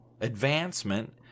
advancement